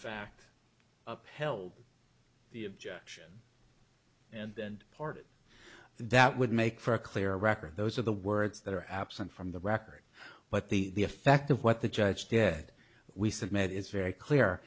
fact held the objection and part that would make for a clear record those are the words that are absent from the record what the effect of what the judge did we submit is very clear